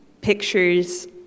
pictures